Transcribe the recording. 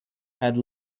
had